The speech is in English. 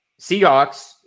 Seahawks